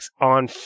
on